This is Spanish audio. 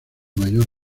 mayor